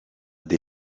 des